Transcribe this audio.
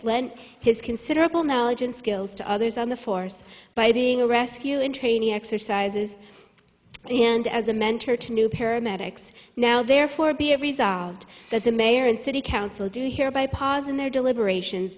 lent his considerable knowledge and skills to others on the force by being a rescue in training exercises and as a mentor to new paramedics now therefore be a resolved that the mayor and city council do hereby pas in their deliberations